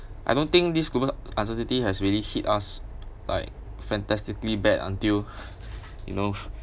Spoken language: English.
I don't think this global uncertainty has really hit us like fantastically bad until you know